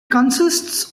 consists